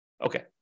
Okay